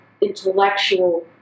intellectual